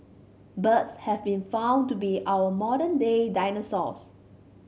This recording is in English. birds have been found to be our modern day dinosaurs